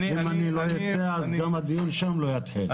אם אני לא אצא, גם הדיון שם לא יתחיל.